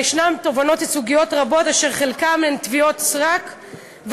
אבל ישנן תובענות ייצוגיות רבות שהן תביעות סרק,